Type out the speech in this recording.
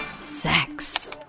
sex